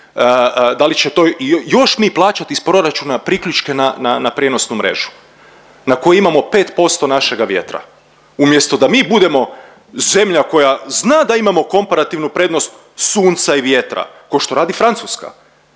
da li će to još mi plaćat iz proračuna priključke na prijenosnu mrežu na koju imamo 5% našega vjetra. Umjesto da mi budemo zemlja koja zna da imamo komparativnu prednost sunca i vjetra ko što radi Francuska.